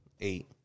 Eight